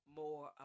more